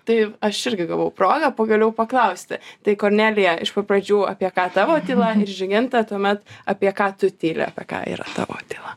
tai aš irgi gavau progą pagaliau paklausti tai kornelija iš pat pradžių apie ką tavo tyla ir žyginta tuomet apie ką tu tyli apie ką yra tavo tyla